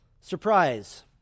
surprise